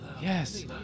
Yes